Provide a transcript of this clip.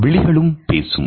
விழிகளும் பேசும்